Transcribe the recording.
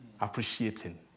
appreciating